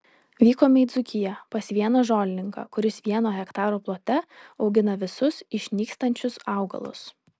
vykome į dzūkiją pas vieną žolininką kuris vieno hektaro plote augina visus išnykstančius augalus